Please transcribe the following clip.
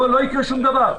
לא יקרה שום דבר.